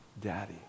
Daddy